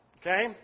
Okay